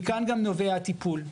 מכאן גם נובע הטיפול.